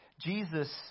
Jesus